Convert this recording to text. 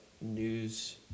news